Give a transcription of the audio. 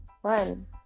one